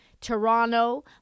Toronto